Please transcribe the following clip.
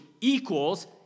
equals